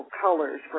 colors